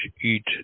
eat